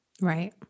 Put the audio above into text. right